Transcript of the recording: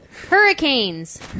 Hurricanes